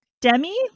Demi